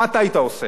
מה אתה היית עושה?